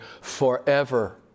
forever